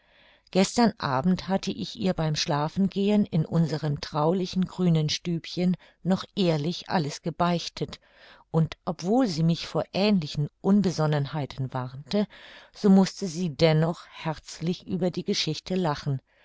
gestern abend hatte ich ihr beim schlafengehen in unserem traulichen grünen stübchen noch ehrlich alles gebeichtet und obwohl sie mich vor ähnlichen unbesonnenheiten warnte so mußte sie dennoch herzlich über die geschichte lachen